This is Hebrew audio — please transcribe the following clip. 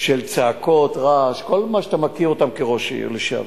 של צעקות, רעש, כל מה שאתה מכיר כראש עיר לשעבר.